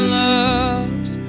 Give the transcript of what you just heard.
loves